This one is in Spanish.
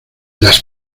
las